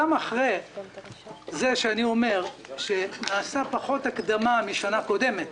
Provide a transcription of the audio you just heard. גם אחרי שאני אומר שנעשתה פחות הקדמה משנה קודמת,